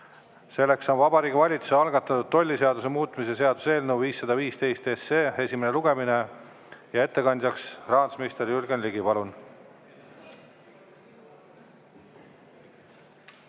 selleks on Vabariigi Valitsuse algatatud tolliseaduse muutmise seaduse eelnõu 515 esimene lugemine ja ettekandjaks rahandusminister Jürgen Ligi. Palun!